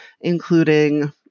including